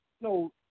No